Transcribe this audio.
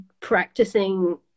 practicing